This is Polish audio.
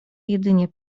jedynie